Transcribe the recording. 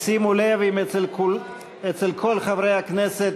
שימו לב אם אצל כל חברי הכנסת